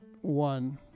one